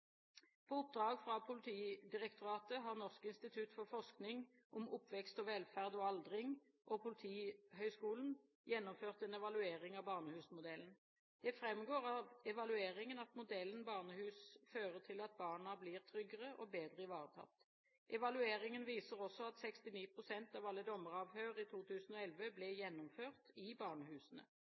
På oppdrag av Politidirektoratet har Norsk institutt for forskning om oppvekst, velferd og aldring og Politihøgskolen gjennomført en evaluering av barnehusmodellen. Det framgår av evalueringen at modellen barnehus fører til at barna blir tryggere og bedre ivaretatt. Evalueringen viser også at 69 pst. av alle dommeravhør i 2011 ble gjennomført i barnehusene.